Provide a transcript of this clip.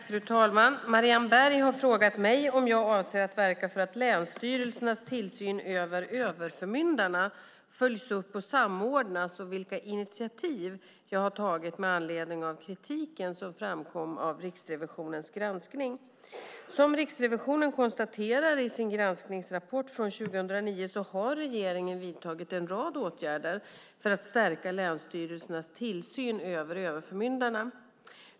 Fru talman! Marianne Berg har frågat mig om jag avser att verka för att länsstyrelsernas tillsyn över överförmyndarna följs upp och samordnas och vilka initiativ jag har tagit med anledning av kritiken som framkom vid Riksrevisionens granskning. Som Riksrevisionen konstaterar i sin granskningsrapport från 2009 har regeringen vidtagit en rad åtgärder för att stärka länsstyrelsernas tillsyn över överförmyndarna.